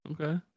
Okay